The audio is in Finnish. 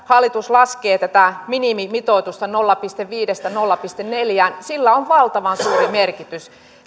hallitus laskee tätä minimimitoitusta nolla pilkku viidestä nolla pilkku neljään on valtavan suuri merkitys